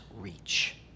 reach